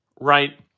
right